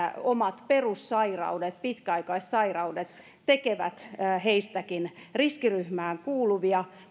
omat perussairaudet pitkäaikaissairaudet tekevät heistäkin riskiryhmään kuuluvia